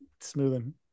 smoothing